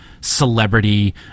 celebrity